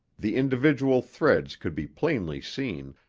the individual threads could be plainly seen,